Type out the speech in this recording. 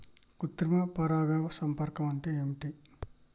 కృత్రిమ పరాగ సంపర్కం అంటే ఏంది?